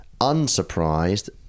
unsurprised